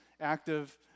active